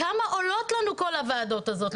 כמה עולות לנו כל הוועדות האלה,